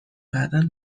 بعدا